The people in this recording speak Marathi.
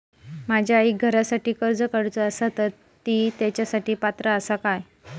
माझ्या आईक घरासाठी कर्ज काढूचा असा तर ती तेच्यासाठी पात्र असात काय?